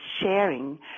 sharing